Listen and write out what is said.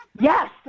Yes